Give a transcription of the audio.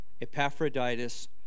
Epaphroditus